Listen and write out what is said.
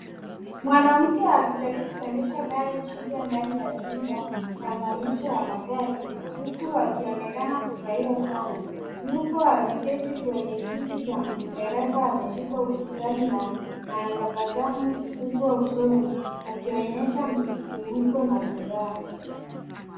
Mwanamke akijaribu kuendesha gari jipya ndani ya chumba cha maonyesho wa magari, huku akionekana kufurahia sana, yuko ameketi kwenye kiti cha dereva ameshika usukani na anatabasamu kubwa usoni, akionyesha msisimuko na furaha.